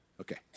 Okay